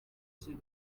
sida